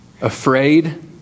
afraid